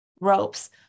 ropes